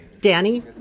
Danny